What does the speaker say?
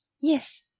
Yes